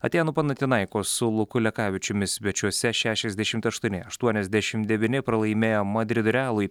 atėnų panatinaikos su luku lekavičiumi svečiuose šešiasdešimt aštuoni aštuoniasdešim devyni pralaimėjo madrido realui